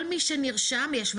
כל מי שנרשם יש,